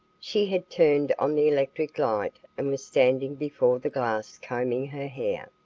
she had turned on the electric light and was standing before the glass combing her hair.